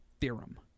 theorem